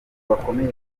bakomeye